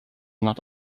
not